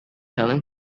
telling